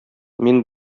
мин